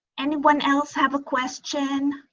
anyone else have a question?